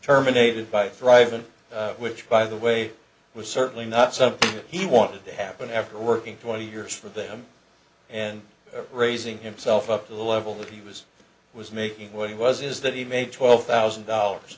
terminated by thriven which by the way was certainly not something he wanted to happen after working twenty years for them and raising himself up a level that he was was making when he was is that he made twelve thousand dollars